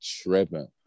tripping